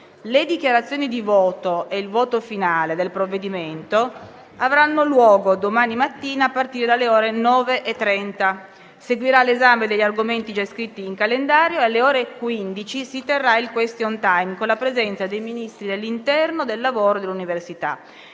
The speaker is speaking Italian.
Le dichiarazioni di voto e il voto finale del provvedimento avranno luogo domani mattina, a partire dalle ore 9,30. Seguirà l'esame degli argomenti già iscritti in calendario e alle ore 15 si terrà il *question time*, con la presenza dei Ministri dell'interno, del lavoro e dell'università.